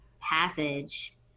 passage